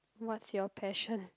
what's your passion